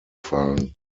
fallen